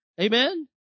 Amen